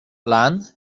plan